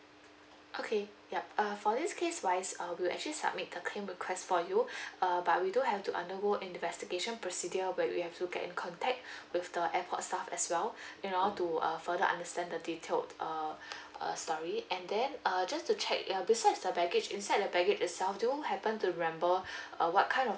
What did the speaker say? okay yup uh for this case wise uh we'll actually submit a claim request for you uh but we do have to undergo an investigation procedure where we have to get in contact with the airport staff as well you know to uh further understand the detailed uh uh story and then uh just to check ya besides the baggage inside the baggage itself do you happen to remember uh what kind of